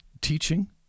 teaching